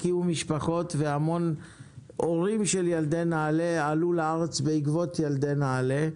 הקימו משפחות והמון הורים של ילדי נעל"ה עלו ארצה בעקרבות ילדי נעל"ה.